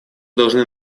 должны